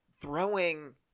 throwing